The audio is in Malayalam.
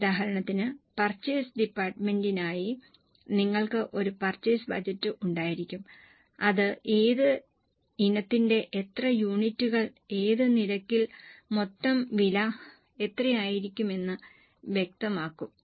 ഉദാഹരണത്തിന് പർച്ചേസ് ഡിപ്പാർട്ട്മെന്റിനായി നിങ്ങൾക്ക് ഒരു പർച്ചേസ് ബജറ്റ് ഉണ്ടായിരിക്കും അത് ഏത് ഇനത്തിന്റെ എത്ര യൂണിറ്റുകൾ ഏത് നിരക്കിൽ മൊത്തം വില എത്രയായിരിക്കുമെന്ന് വ്യക്തമാക്കും